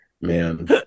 Man